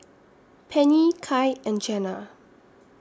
Pennie Kai and Jenna